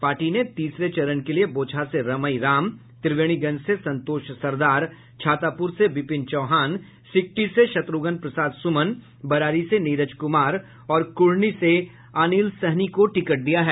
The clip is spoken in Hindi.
पार्टी ने तीसरे चरण के लिए बोचहा से रमई राम त्रिवेणीगंज से संतोष सरदार छातापुर से बिपिन चौहान सिकटी से शत्रुघ्न प्रसाद सुमन बरारी से नीरज कुमार और कुढ़नी से अनिल सहनी को टिकट दिया है